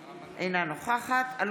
אינה נוכחת יפעת שאשא ביטון,